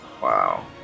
Wow